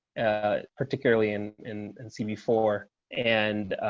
ah particularly in in and see before and